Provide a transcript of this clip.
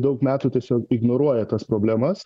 daug metų tiesiog ignoruoja tas problemas